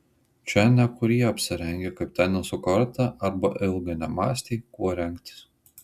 čia nekurie apsirengę kaip teniso korte arba ilgai nemąstė kuo rengtis